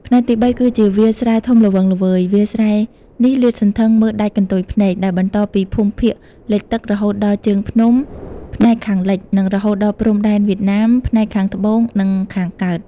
ផ្នែកទី៣ គឺជាវាលស្រែធំល្វឹងល្វើយ វាលស្រែនេះលាតសន្ធឹងមើលដាច់កន្ទុយភ្នែក ដែលបន្តពីភូមិភាគលិចទឹក រហូតដល់ជើងភ្នំ ផ្នែកខាងលិច និងរហូតដល់ព្រំដែនវៀតណាម ផ្នែកខាងត្បូង និងខាងកើត។